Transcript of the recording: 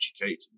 educated